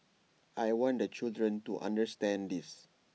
I want the children to understand this